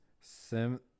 Sim